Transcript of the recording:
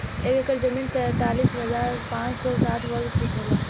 एक एकड़ जमीन तैंतालीस हजार पांच सौ साठ वर्ग फुट होला